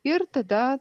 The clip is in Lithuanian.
ir tada